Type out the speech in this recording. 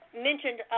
mentioned